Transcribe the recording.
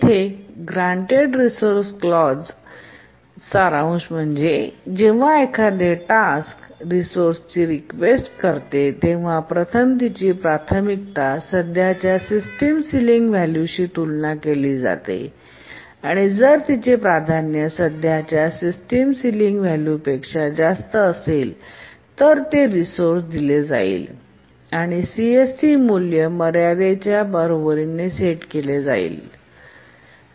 येथे granted resource clause सारांश जेव्हा एखादी टास्क रिसोर्सेसची रीक्वेस्ट करते तेव्हा प्रथम तिची प्राथमिकता सध्याच्या सिस्टीम सिलिंग व्हॅल्यू शी तुलना केली जाते आणि जर तिचे प्राधान्य सध्याच्या सिस्टम सिलिंग व्हॅल्यू पेक्षा जास्त असेल तर ते रिसोर्से दिले जाईल आणि सीएससी मूल्य मर्यादेच्या बरोबरीने सेट केले जाईल